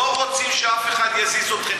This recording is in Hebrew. לא רוצים שאף אחד יזיז אתכם,